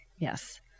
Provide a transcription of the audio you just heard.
Yes